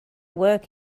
work